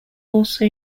also